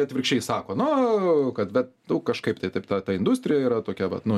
atvirkščiai sako nu kad vat nu kažkaip tai taip ta ta industrija yra tokia vat nu